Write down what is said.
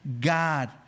God